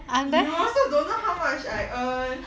you also don't know how much I earn